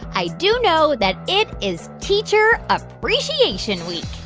i do know that it is teacher appreciation week